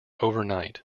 overnight